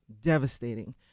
Devastating